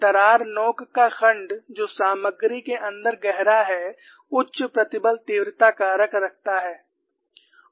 दरार नोक का खंड जो सामग्री के अंदर गहरा है उच्च प्रतिबल तीव्रता कारक रखता है